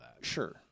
Sure